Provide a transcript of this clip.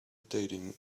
dating